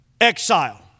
exile